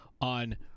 on